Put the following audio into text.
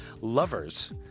Lovers